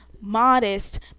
modest